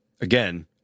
Again